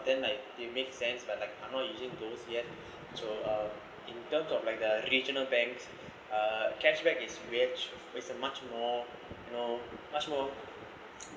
then like they make sense but like I'm not using those yet so um in terms of like the regional banks uh cashback is which is a much more you know much more